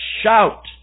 Shout